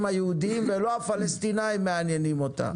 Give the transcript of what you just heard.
היהודיים ולא הפלסטינאים מעניינים אותה.